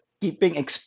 keeping